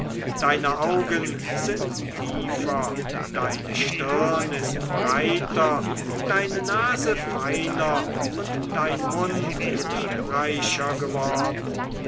deine augen sind tiefer deine stirne ist breiter deine nase feiner und dein mund liebreicher geworden